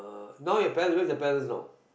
uh now your parents where's your parents know